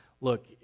Look